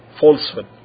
falsehood